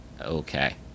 Okay